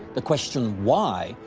the question why,